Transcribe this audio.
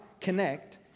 connect